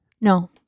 no